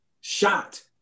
shot